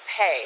pay